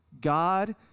God